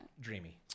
Dreamy